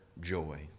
joy